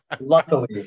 Luckily